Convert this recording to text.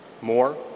more